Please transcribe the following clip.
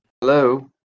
hello